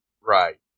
Right